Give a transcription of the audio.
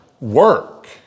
Work